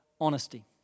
honesty